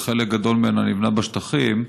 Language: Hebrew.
אבל חלק גדול ממנה נבנה בשטחים,